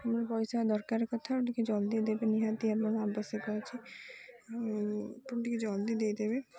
ଆମର ପଇସା ଦରକାର କଥା ଟିକେ ଜଲ୍ଦି ଦେବେ ନିହାତି ଆବଶ୍ୟକ ଅଛି ଆପଣ ଟିକେ ଜଲ୍ଦି ଦେଇଦେବେ